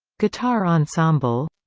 guitar ensemble